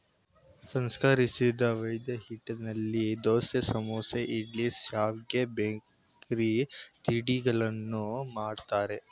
ಸಂಸ್ಕರಿಸಿದ ಮೈದಾಹಿಟ್ಟಿನಲ್ಲಿ ದೋಸೆ, ಸಮೋಸ, ಇಡ್ಲಿ, ಶಾವ್ಗೆ, ಬೇಕರಿ ತಿಂಡಿಗಳನ್ನು ಮಾಡ್ತರೆ